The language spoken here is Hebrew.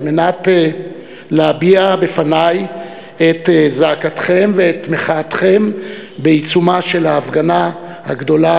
על מנת להביע בפני את זעקתכם ואת מחאתכם בעיצומה של ההפגנה הגדולה,